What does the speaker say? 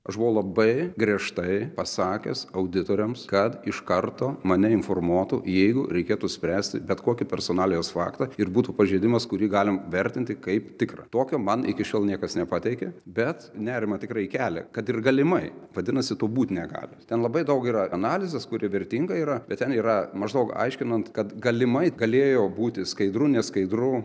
aš bauvau labai griežtai pasakęs auditoriams kad iš karto mane informuotų jeigu reikėtų spręsti bet kokį personalijos faktą ir būtų pažeidimas kurį galim vertinti kaip tikrą tokio man iki šiol niekas nepateikė bet nerimą tikrai kelia kad ir galimai vadinasi to būt negali ten labai daug yra analizės kuri vertinga yra bet ten yra maždaug aiškinant kad galimai galėjo būti skaidru neskaidru